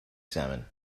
salmon